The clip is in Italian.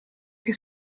che